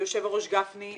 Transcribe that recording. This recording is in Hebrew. יושב-הראש גפני,